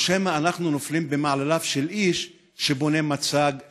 או שמא אנחנו נופלים במעלליו של איש שבונה מצג שווא?